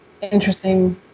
interesting